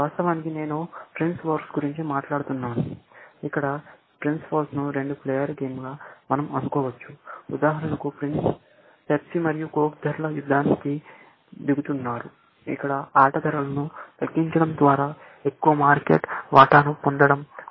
ప్రస్తుతానికి నేను price wars గురించి మాట్లాడుతున్నాను ఇక్కడ ప్రైస్ వార్స్ ను రెండు ప్లేయర్ గేమ్గా మనం అనుకోవచ్చు ఉదాహరణకు పెప్సి మరియు కోక్ ధరల యుద్ధానికి దిగుతున్నారు ఇక్కడ ఆట ధరలను తగ్గించడం ద్వారా ఎక్కువ మార్కెట్ వాటాను పొందడం గురించి